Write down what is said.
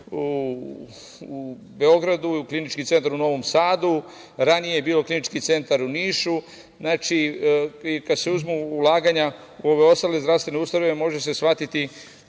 u Beogradu, Klinički centar u Novom Sadu, ranije je bio Klinički centar u Nišu, i kada se uzmu ulaganja u ostale zdravstvene ustanove može se shvatiti